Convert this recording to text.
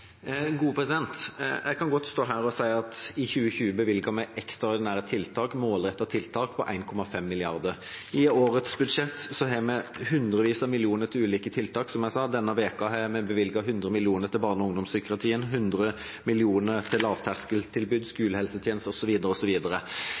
Jeg kan godt stå her og si at vi i 2020 bevilget 1,5 mrd. kr til ekstraordinære målrettete tiltak. I årets budsjett har vi hundrevis av millioner til ulike tiltak, som jeg sa. Denne uka har vi bevilget 100 mill. kr til barne- og ungdomspsykiatrien, 100 mill. kr til lavterskeltilbud,